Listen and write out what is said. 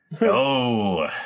No